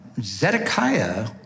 Zedekiah